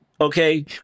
okay